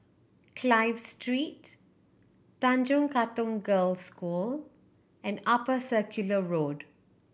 Clive Street Tanjong Katong Girls' School and Upper Circular Road